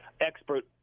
expert